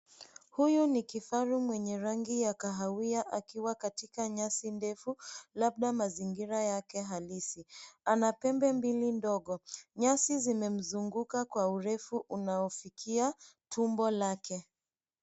Huyu ni kifaru mwenye rangi ya kahawia, akiwa katika nyasi ndefu, labda mazingira yake halisi. Ana pembe mbili ndogo. Nyasi zimemzunguka kwa urefu unaofikia tumbo lake.